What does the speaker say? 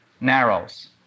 narrows